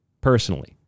personally